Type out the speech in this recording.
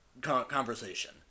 conversation